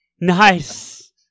Nice